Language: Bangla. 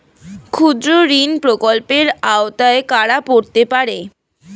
ক্ষুদ্রঋণ প্রকল্পের আওতায় কারা পড়তে পারে?